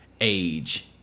Age